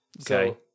Okay